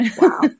Wow